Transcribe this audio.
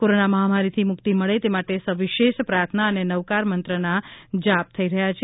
corona મહામારીથી મુક્તિ મળે તે માટે સવિશેષ પ્રાર્થના અને નવકાર મંત્રના જાપ થઈ રહ્યા છે